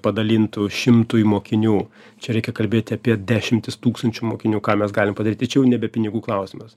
padalintų šimtui mokinių čia reikia kalbėti apie dešimtis tūkstančių mokinių ką mes galim padaryt tai čia jau nebe pinigų klausimas